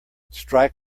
strike